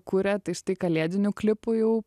kuria tai štai kalėdinių klipų jau